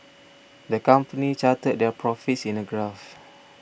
the company charted their profits in a graph